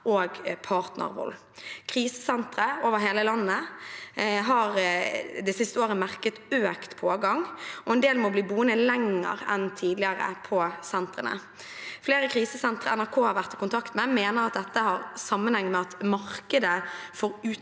og partnervold. Krisesentre over hele landet har det siste året merket økt pågang, og en del må bli boende lenger enn tidligere på sentrene. Flere krisesentre NRK har vært i kontakt med, mener dette har sammenheng med at markedet for utleieboliger